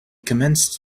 commenced